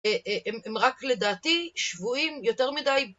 אה אה הם... הם רק לדעתי שבויים יותר מדי.